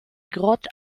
grottes